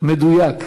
מדויק,